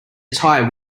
tie